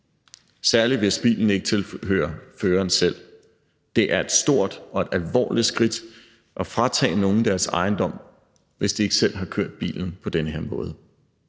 særlig hvis bilen ikke tilhører føreren selv. Det er et stort og et alvorligt skridt at fratage nogen deres ejendom, hvis de ikke selv har kørt bilen på den her måde,